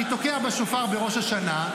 אני תוקע בשופר בראש השנה,